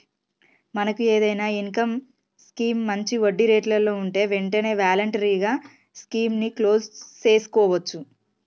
మనకు ఏదైనా income scheme మంచి వడ్డీ రేట్లలో ఉంటే వెంటనే వాలంటరీగా స్కీమ్ ని క్లోజ్ సేసుకోవచ్చు